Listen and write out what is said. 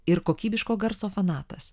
ir kokybiško garso fanatas